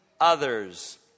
others